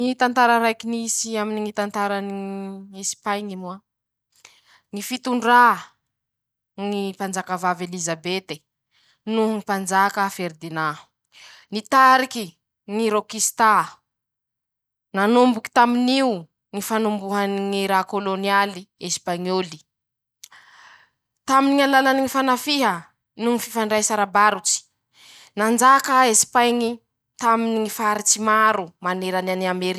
Ñy tantara raiky nisy aminy ñy tantarany ññ Esipaiñy moa: ñy fitondrà ñy mpanjaka vave Elizabete, noho ñy mpanjaka Feridinà, nitariky ñy erôkisità, nanomboky tamin'io ñy fanombohany ñy raha kôlônialy, esipaiñôly, taminy ñ'alalany fanafiha noho ñy fifandraisa arabarotsy, nanjaka esipaiñy taminy ñy faritsy maro, manerantany.